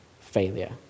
failure